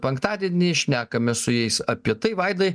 penktadienį šnekamės su jais apie tai vaidai